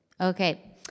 Okay